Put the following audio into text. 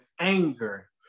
anger